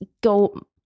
go